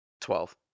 Twelve